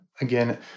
Again